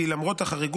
כי למרות החריגות,